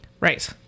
Right